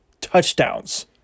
touchdowns